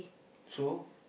so